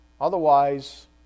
Otherwise